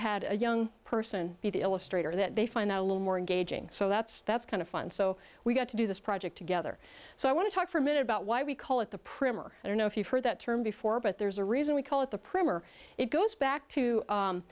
had a young person be the illustrator that they find that a little more engaging so that's that's kind of fun so we got to do this project together so i want to talk for a minute about why we call it the primmer i don't know if you've heard that term before but there's a reason we call it the primmer it goes back to